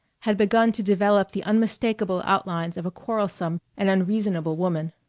had begun to develop the unmistakable outlines of a quarrelsome and unreasonable woman.